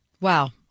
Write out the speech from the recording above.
Wow